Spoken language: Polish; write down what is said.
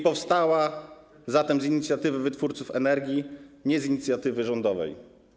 Powstała z inicjatywy wytwórców energii, nie z inicjatywy rządowej.